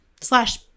slash